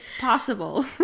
possible